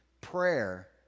prayer